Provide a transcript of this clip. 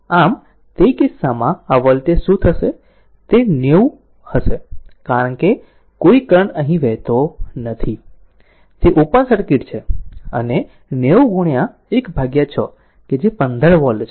આમ તે કિસ્સામાં આ વોલ્ટેજ શું થશે તે 90 હશે કારણ કે આ કોઈ કરંટ અહીં વહેતો નથી તે ઓપન સર્કિટ છે અને 90 16 કે જે 15 વોલ્ટ છે